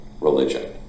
religion